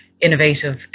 innovative